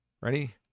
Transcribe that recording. Ready